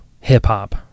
hip-hop